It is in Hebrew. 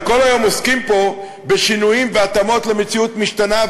וכל היום עוסקים פה בשינויים ובהתאמות למציאות משתנה,